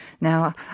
Now